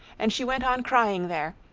and she went on crying there,